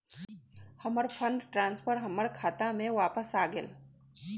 हमर fund transfer हमर खाता में वापस आ गेल